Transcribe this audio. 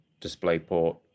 DisplayPort